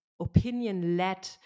opinion-led